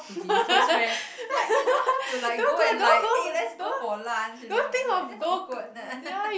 to be close friend like you know how to like go and like eh let's go for lunch you know like that's awkward